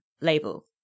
label